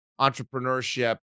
entrepreneurship